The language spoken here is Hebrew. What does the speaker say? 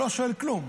הוא לא שואל כלום,